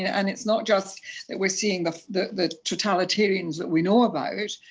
and it's not just that we're seeing the the totalitarians that we know about,